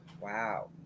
wow